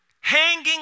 hanging